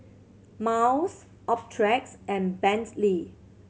Miles Optrex and Bentley